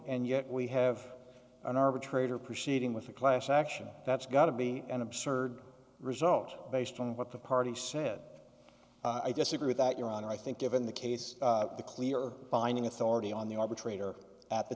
and yet we have an arbitrator proceeding with a class action that's got to be an absurd result based on what the party said i disagree with that your honor i think given the case the clear binding authority on the arbitrator at the